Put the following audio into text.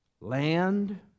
Land